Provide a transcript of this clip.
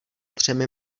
třemi